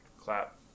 Clap